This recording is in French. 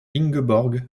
ingeborg